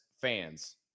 fans